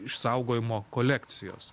išsaugojimo kolekcijos